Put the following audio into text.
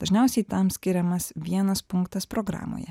dažniausiai tam skiriamas vienas punktas programoje